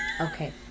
Okay